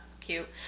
cute